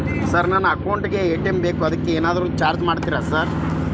Sir ನನ್ನ account ಗೇ ATM ಬೇಕು ಅದಕ್ಕ ಏನಾದ್ರು ಚಾರ್ಜ್ ಮಾಡ್ತೇರಾ ಸರ್?